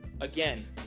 again